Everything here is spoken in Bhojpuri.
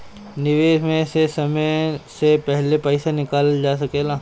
निवेश में से समय से पहले पईसा निकालल जा सेकला?